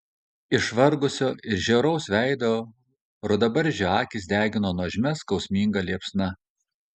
išvargusio ir žiauraus veido rudabarzdžio akys degino nuožmia skausminga liepsna